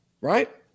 right